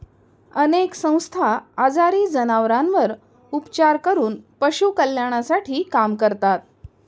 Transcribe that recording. अनेक संस्था आजारी जनावरांवर उपचार करून पशु कल्याणासाठी काम करतात